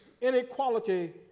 inequality